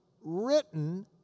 written